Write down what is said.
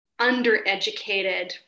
undereducated